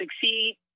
succeed